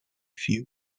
few